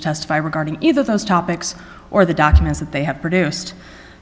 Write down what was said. to testify regarding either of those topics or the documents that they have produced